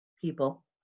people